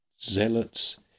Zealots